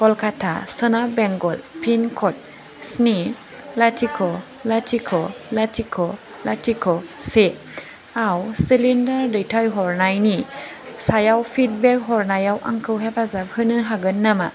कलकाता सोनाब Bengal pin code स्नि लाथिख' लाथिख' लाथिख' लाथिख' से आव सिलिदार दैथायहरनायनि सायाव फिडबेक हरनायाव आंखौ हेफाजाब होनो हागोन नामा